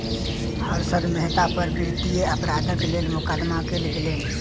हर्षद मेहता पर वित्तीय अपराधक लेल मुकदमा कयल गेलैन